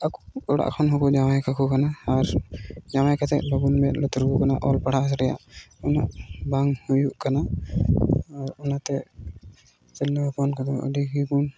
ᱟᱠᱚ ᱚᱲᱟᱜ ᱠᱷᱚᱱ ᱦᱚᱸᱠᱚ ᱡᱟᱶᱟᱭ ᱠᱟᱠᱚ ᱠᱟᱱᱟ ᱟᱨ ᱡᱟᱶᱟᱭ ᱠᱟᱛᱮᱫ ᱵᱟᱵᱚᱱ ᱢᱮᱫ ᱞᱩᱛᱩᱨ ᱟᱠᱚ ᱠᱟᱱᱟ ᱚᱞ ᱯᱟᱲᱦᱟᱣ ᱨᱮ ᱩᱱᱟᱹᱜ ᱵᱟᱝ ᱦᱩᱭᱩᱜ ᱠᱟᱱᱟ ᱟᱨ ᱚᱱᱟᱛᱮ ᱛᱤᱨᱞᱟᱹ ᱦᱚᱯᱚᱱ ᱠᱚᱫᱚ ᱟᱹᱰᱤ ᱜᱮᱵᱚᱱ